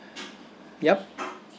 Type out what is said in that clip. yup